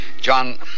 John